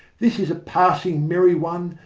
this is a passing merry one,